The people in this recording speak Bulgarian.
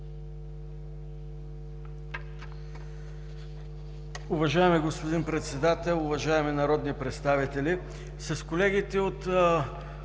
Уважаеми господин Председател, уважаеми народни представители! С колегите от